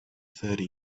thirty